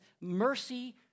mercy